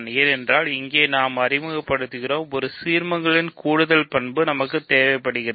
ஏனென்றால் இங்கே நாம் அறிமுகப்படுத்துவோம் ஒரு சீர்மத்தின் கூடுதல் பண்பு நமக்கு தேவைப்படும்